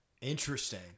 Interesting